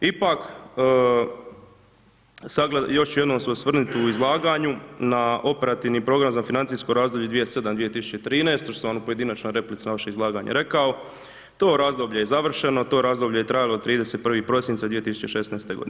Ipak, još ću jednom se osvrnuti na izlaganju, na operativni program za financijsko razdoblje 2007.-2013., što sam u pojedinačnoj replici na vaše izlaganje rekao, to razdoblje je završeno, to razdoblje je trajalo do 31. prosinca 2016. godine.